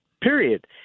period